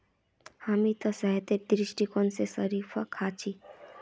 हामी त सेहतेर दृष्टिकोण स शरीफा खा छि